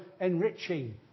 enriching